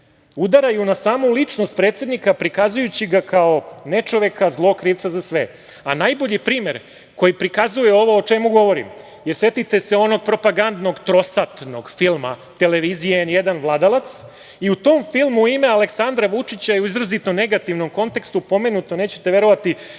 udaraju na samu ličnost predsednika, prikazujući ga kao nečoveka, zlog krivca za sve. Najbolji primer koji prikazuje ovo o čemu govorim je, setite se onog propagandnog trosatnog filma televizije N1 – „Vladalac“. U tom filmu ime Aleksandra Vučića je u izrazito negativnom kontekstu pomenuto, nećete verovati,